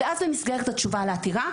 ואז נסגרת התשובה לעתירה.